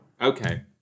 Okay